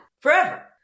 forever